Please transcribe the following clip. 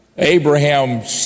Abraham